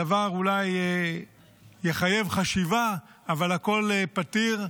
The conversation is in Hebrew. הדבר אולי יחייב חשיבה, אבל הכול פתיר.